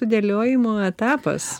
sudėliojimo etapas